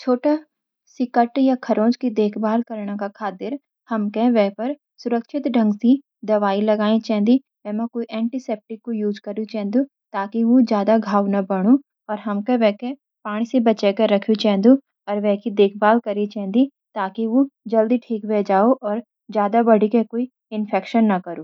छोटा सी कट या खरोंच की देखभाल करण का खातिर हमके वे पर सुरक्षित ढंग सी दवाई लगाई चेन्दी, वे म एंटीसेप्टिक कु यूज़ करियु चेन्दु ताकि ऊ ज्यादा घाव नह बनू, और हमके वे के पानी सी बचाए के रखयु चेंदू अर वे की देखभाल करी चेन्दी ताकि ऊ जल्दी ठीक वे जाऊ और ज्यादा बढ़ी के कुई इंफेक्शन न करु।